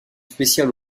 spéciale